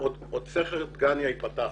סכר דגניה ייפתח.